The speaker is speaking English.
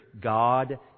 god